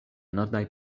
nordaj